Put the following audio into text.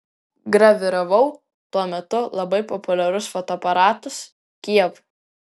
graviravau tuo metu labai populiarius fotoaparatus kijev